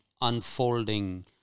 unfolding